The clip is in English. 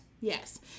Yes